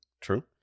True